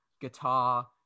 guitar